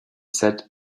said